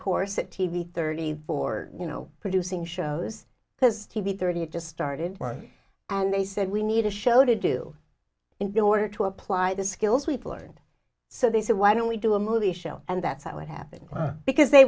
course at t v thirty four you know producing shows has to be thirty it just started and they said we need a show to do in order to apply the skills we've learned so they said why don't we do a movie shell and that's how it happened because they